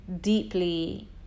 deeply